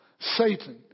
Satan